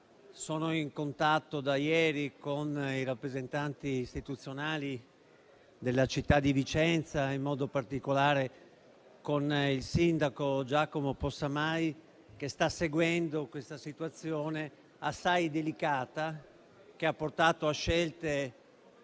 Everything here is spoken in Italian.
Sono in contatto da ieri con i rappresentanti istituzionali della città di Vicenza, in modo particolare con il sindaco Giacomo Possamai, che sta seguendo questa situazione assai delicata, che ha portato ad